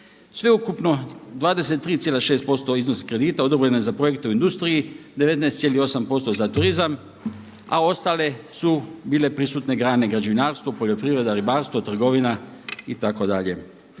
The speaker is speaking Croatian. Sveukupno 23,6% od iznosa kredita odobreno je za projekte u industriji, 19,8% za turizam, a ostale su bile prisutne grane građevinarstvo, poljoprivreda, ribarstvo, trgovina itd.